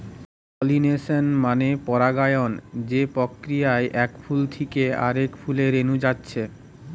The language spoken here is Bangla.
পোলিনেশন মানে পরাগায়ন যে প্রক্রিয়ায় এক ফুল থিকে আরেক ফুলে রেনু যাচ্ছে